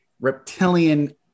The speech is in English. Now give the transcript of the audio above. reptilian